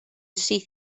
syth